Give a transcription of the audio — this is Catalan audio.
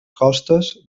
costes